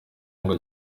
ngo